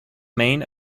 main